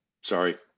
sorry